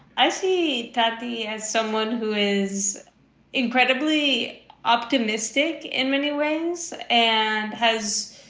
i see that the as someone who is incredibly optimistic in many ways and has